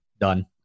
done